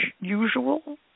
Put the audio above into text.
usual